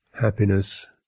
happiness